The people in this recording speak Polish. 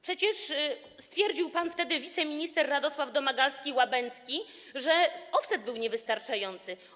Przecież stwierdził pan, wtedy wiceminister Radosław Domagalski-Łabędzki, że offset był niewystarczający.